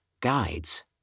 guides